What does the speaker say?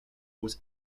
was